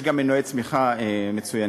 יש גם מנועי צמיחה מצוינים.